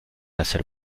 hacer